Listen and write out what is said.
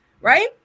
Right